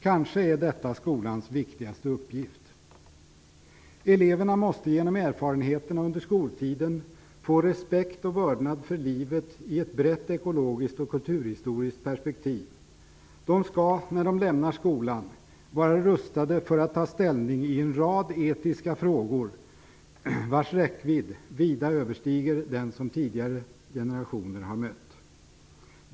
Kanske är detta skolans viktigaste uppgift. Eleverna måste genom erfarenheterna under skoltiden få respekt och vördnad för livet i ett brett ekologiskt och kulturhistoriskt perspektiv. När de lämnar skolan skall de vara rustade för att ta ställning i en rad etiska frågor, vars räckvidd vida överstiger den som tidigare generationer har mött.